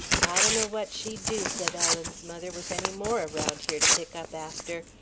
i donno what she'd do, said ellen's mother, with any more around here to pick up after.